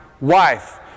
wife